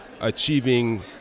achieving